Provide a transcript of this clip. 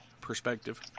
perspective